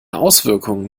auswirkungen